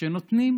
נותנים